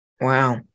Wow